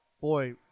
boy